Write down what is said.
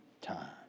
time